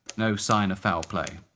no sign of foul play.